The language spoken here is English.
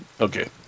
okay